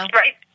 right